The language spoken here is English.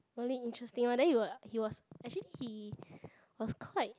really interesting lor then he were like he was actually he was quite